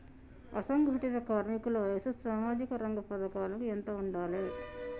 అసంఘటిత కార్మికుల వయసు సామాజిక రంగ పథకాలకు ఎంత ఉండాలే?